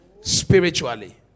spiritually